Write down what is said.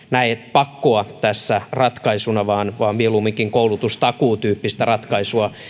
pakkoa tässä ratkaisuna vaan vaan mieluumminkin koulutustakuu tyyppistä ratkaisua